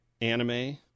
anime